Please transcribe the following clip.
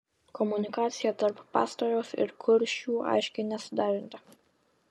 komunikacija tarp pastoriaus ir kuršių aiškiai nesuderinta